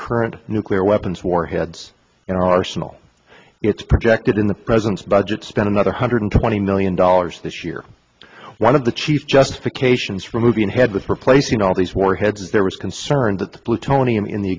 current nuclear weapons warheads in our arsenal it's projected in the president's budget spent another hundred twenty million dollars this year one of the chief justification for moving ahead with replacing all these warheads is there was concern that the plutonium in the